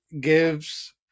gives